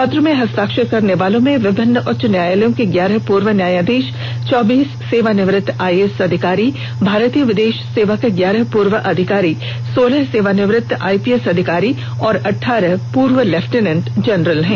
पत्र पर हस्ताक्षर करने वालों में विभिन्न उच्च न्यायालयों के ग्यारह पूर्व न्यायाधीश चौबीस सेवानिवृत्त आईएएस अधिकारी भारतीय विदेश सेवा के ग्यारह पूर्व अधिकारी सोलह सेवानिवृत्त आईपीएस अधिकारी और अठारह पूर्व लेफ्टिनेंट जनरल हैं